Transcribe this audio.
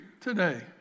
today